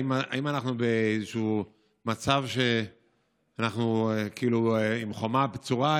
האם אנחנו באיזשהו מצב שאנחנו עם חומה בצורה?